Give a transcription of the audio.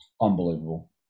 Unbelievable